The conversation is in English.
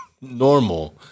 normal